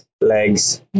Legs